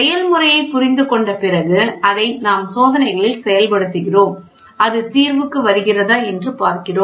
செயல்முறையைப் புரிந்துகொண்ட பிறகு அதை நாம் சோதனைகளில் செயல்படுத்துகிறோம் அது தீர்வுக்கு வருகிறதா என்று பார்க்கிறோம்